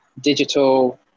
digital